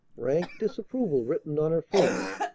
rank disapproval written on her face.